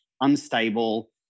unstable